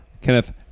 Kenneth